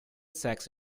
sex